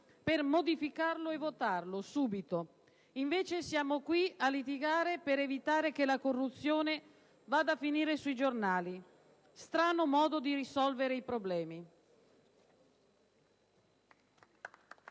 essere modificato e votato, subito. Invece, siamo qui a litigare per evitare che la corruzione vada a finire sui giornali. Strano modo di risolvere i problemi.